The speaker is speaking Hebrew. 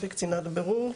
בירור,